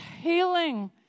healing